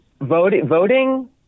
Voting